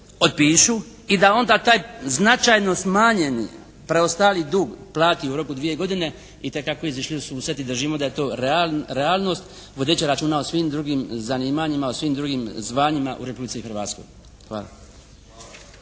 i da onda taj značajno smanjeni preostali dug plati u roku dvije godine itekako izašli u susret i držimo da je to realnost vodeći računa o svim drugim zanimanjima, o svim drugim zvanjima u Republici Hrvatskoj. Hvala.